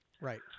Right